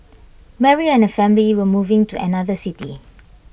Mary and her family were moving to another city